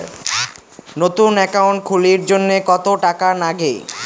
নতুন একাউন্ট খুলির জন্যে কত টাকা নাগে?